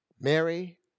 Mary